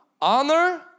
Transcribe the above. Honor